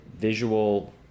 visual